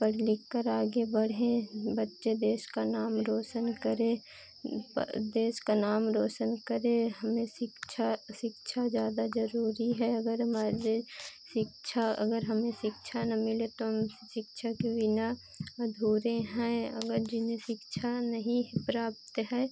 पढ़ लिखकर आगे बढ़ें बच्चे देश का नाम रोशन करें देश का नाम रोशन करे हमें शिक्षा शिक्षा ज़्यादा ज़रूरी है अगर हमारे शिक्षा अगर हमें शिक्षा न मिले तो हम इस शिक्षा के बिना अधूरे हैं अगर जिन्हें शिक्षा नहीं प्राप्त है